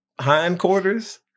hindquarters